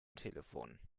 telefon